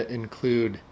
include